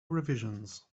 revisions